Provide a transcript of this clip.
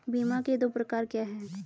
बीमा के दो प्रकार क्या हैं?